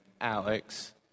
Alex